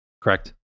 correct